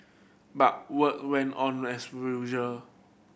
but work went on as rural